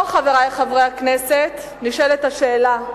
פה, חברי חברי הכנסת, נשאלת השאלה,